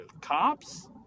cops